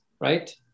right